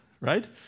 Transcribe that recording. right